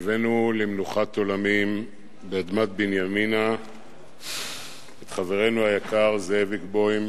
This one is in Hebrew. הבאנו למנוחת עולמים באדמת בנימינה את חברנו היקר זאביק בוים,